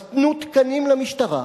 אז תנו תקנים למשטרה.